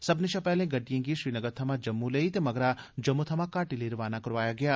सब्मनें शा पैहले गड़िड़एं गी श्रीनगर थमां जम्मू लेई ते मगरा जम्मू थमां घाटी लेई रवाना करोआया गेआ